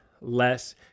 less